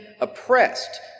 oppressed